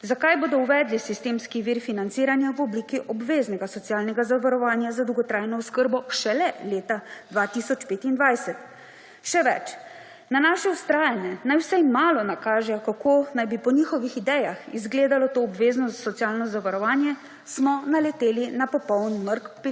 (nadaljevanje) vir financiranja v obliki obveznega socialnega zavarovanja za dolgotrajno oskrbo šele leta 2025. Še več, na naše vztrajanje, naj vsaj malo nakažejo, kako naj bi po njihovih idejah izgledalo to obvezno socialno zavarovanje, smo naleteli na popoln mrk pri